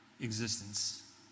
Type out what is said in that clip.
existence